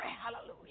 hallelujah